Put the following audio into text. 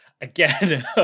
again